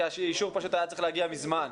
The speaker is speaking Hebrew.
כי האישור היה צריך להגיע מזמן.